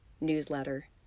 newsletter